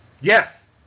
Yes